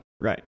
Right